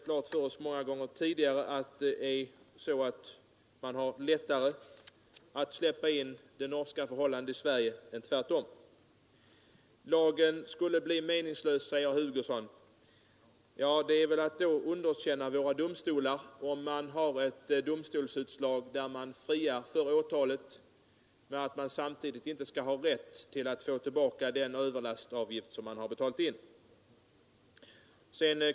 Vi har många gånger tidigare fått klart för oss att det är lättare att släppa in de norska förhållandena i Sverige än tvärtom. Lagen skulle bli meningslös, säger herr Hugosson. Det är väl att underkänna våra domstolar. Om man har ett domstolsutslag som friar för åtalet är det orimligt att man inte skall ha rätt att få tillbaka den överlastavgift man har betalat in.